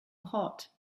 hot